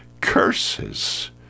curses